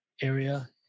area